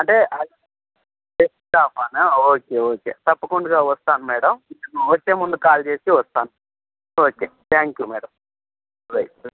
అంటే లాప్టాపా okay okay తప్పకుండా వస్తాను మేడమ్ నేను వచ్చే ముందు కాల్ చేసి వస్తాను okay thank you madam right